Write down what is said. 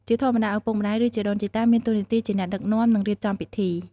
ជាធម្មតា ឪពុកម្ដាយ ឬជីដូនជីតា មានតួនាទីជាអ្នកដឹកនាំ និងរៀបចំពិធី។